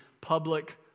public